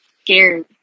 scared